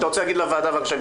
אם אתה רוצה לומר לוועדה, תאמר.